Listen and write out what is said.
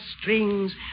strings